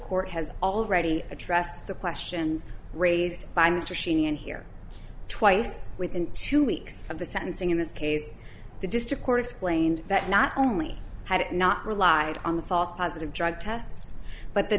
court has already a trust the questions raised by mr sheen and here twice within two weeks of the sentencing in this case the district court explained that not only had it not relied on the false positive drug tests but th